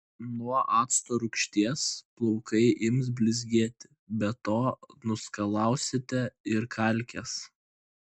nuo acto rūgšties plaukai ims blizgėti be to nuskalausite ir kalkes